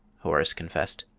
horace confessed.